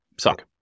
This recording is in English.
suck